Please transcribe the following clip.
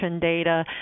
data